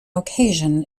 occasion